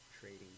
trading